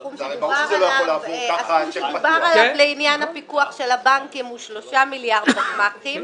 הסכום שדובר עליו לעניין הפיקוח של הבנקים הוא שלושה מיליארד בגמ"חים,